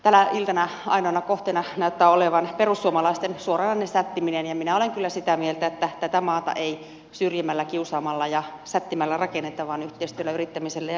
tämä iltana ainoana kohteena näyttää olevan perussuomalaisten suoranainen sättiminen ja minä olen kyllä sitä mieltä että tätä maata ei syrjimällä kiusaamalla ja sättimällä rakenneta vaan yhteistyöllä yrittämisellä ja ystävällisyydellä